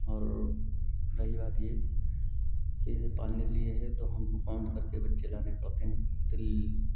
और रही बात यह कि यह पालने के लिए है तो हम वह काउन्ट करके बच्चे लाने पड़ते हैं